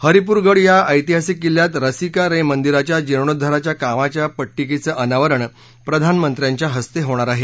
हरीपूरगड या ऐतिहासिक किल्ल्यात रसिका रे मंदिराच्या जीर्णोद्धाराच्या कामाच्या पट्टीकेचं अनावरण प्रधानमंत्र्यांच्या हस्ते होणार आहे